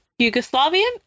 Yugoslavian